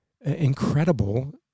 incredible